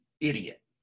idiot